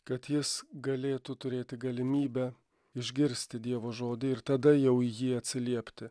kad jis galėtų turėti galimybę išgirsti dievo žodį ir tada jau į jį atsiliepti